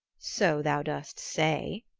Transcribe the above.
so thou dost say,